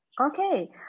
Okay